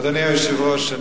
אדוני היושב-ראש,